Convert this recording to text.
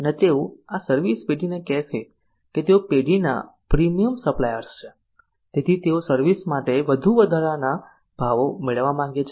અને તેઓ આ સર્વિસ પેઢીને કહેશે કે તેઓ પેઢીના પ્રીમિયમ સપ્લાયર્સ છે તેથી તેઓ સર્વિસ માટે વધુ વધારાના ભાવો મેળવવા માંગે છે